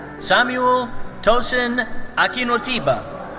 samuel tosin akinrotiba.